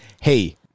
hey